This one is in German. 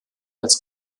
als